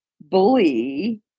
bully